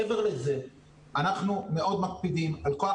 מעבר לזה אנחנו מאוד מקפידים על כוח